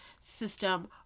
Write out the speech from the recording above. system